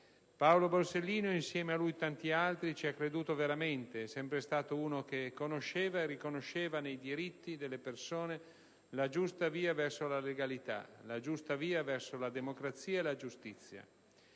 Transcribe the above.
Paolo Borsellino, e insieme a lui tanti altri, ci ha creduto veramente. È sempre stato uno che conosceva e riconosceva nei diritti delle persone la giusta via verso la legalità, la giusta via verso la democrazia e la giustizia.